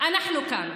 אנחנו כאן.